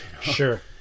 Sure